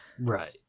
Right